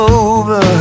over